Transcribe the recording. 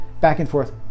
back-and-forth